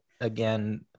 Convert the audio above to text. again